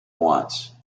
once